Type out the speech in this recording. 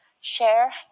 share